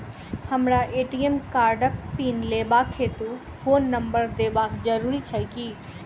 हमरा ए.टी.एम कार्डक पिन लेबाक हेतु फोन नम्बर देबाक जरूरी छै की?